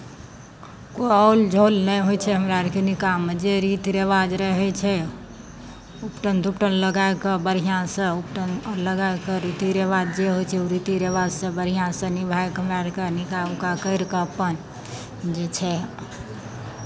कोइ औल झौल नहि होइ छै हमरा अरके निकाहमे जे रीति रिवाज रहै छै उपटन तुपटन लगाय कऽ बढ़िआँसँ उपटन लगाय कऽ रीति रिवाज जे होइ छै ओ रीति रिवाजसँ बढ़िआँसँ निमाहि कऽ हमरा आरके निकाह उकाह करि कऽ अपन जे छै